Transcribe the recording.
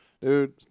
dude